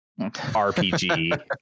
RPG